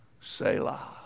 Selah